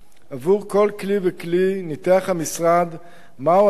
עבור כל כלי וכלי ניתח המשרד מהו התקציב